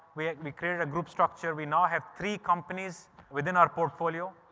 we and we created a group structure. we now have three companies within our portfolio.